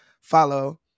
follow